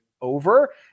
over